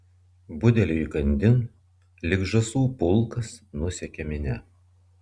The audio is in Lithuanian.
budeliui įkandin lyg žąsų pulkas nusekė minia